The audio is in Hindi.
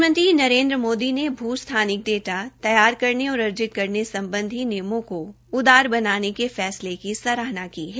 प्रधानमंत्री नरेन्द्र मोदी ने भू स्थानिक डाटा तैयार करने और अर्जित करने सम्बधी नीतियों को उदार बनाने के फैसने की संराहना की है